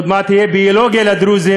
עוד מעט תהיה ביולוגיה לדרוזים,